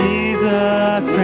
Jesus